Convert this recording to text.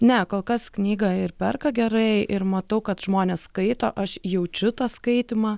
ne kol kas knygą ir perka gerai ir matau kad žmonės skaito aš jaučiu tą skaitymą